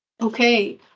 Okay